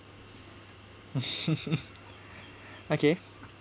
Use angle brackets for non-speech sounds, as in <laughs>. <laughs> okay